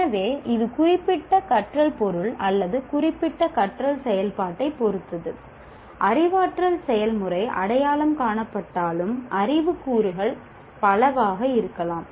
எனவே இது குறிப்பிட்ட கற்றல் பொருள் அல்லது குறிப்பிட்ட கற்றல் செயல்பாட்டைப் பொறுத்தது அறிவாற்றல் செயல்முறை அடையாளம் காணப்பட்டாலும் அறிவு கூறுகள் பலவாக இருக்கலாம்